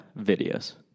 videos